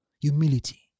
Humility